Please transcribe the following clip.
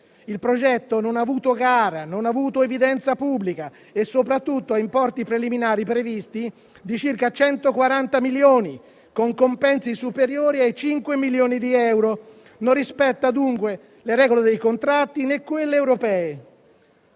Il progetto non ha visto una gara, non ha avuto evidenza pubblica e soprattutto prevede importi preliminari di circa 140 milioni, con compensi superiori ai 5 milioni di euro; non rispetta dunque le regole dei contratti né quelle europee.